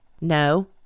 No